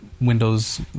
Windows